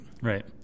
Right